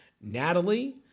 Natalie